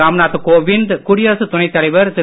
ராம்நாத் கோவிந்த் குடியரசுத் துணைத் தலைவர் திரு